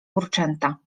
kurczęta